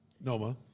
Noma